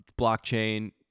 blockchain